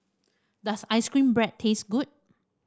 does ice cream bread taste good